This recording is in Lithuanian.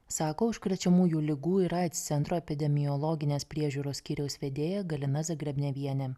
sako užkrečiamųjų ligų ir aids centro epidemiologinės priežiūros skyriaus vedėja galina zagrebnevienė